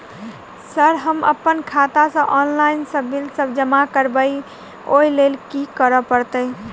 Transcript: Sir हम अप्पन खाता सऽ ऑनलाइन सऽ बिल सब जमा करबैई ओई लैल की करऽ परतै?